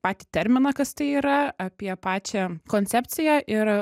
patį terminą kas tai yra apie pačią koncepciją ir